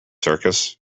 circus